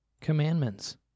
Commandments